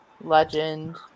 Legend